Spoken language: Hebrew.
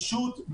פשוט,